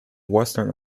western